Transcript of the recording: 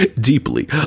deeply